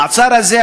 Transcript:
המעצר הזה,